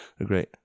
Great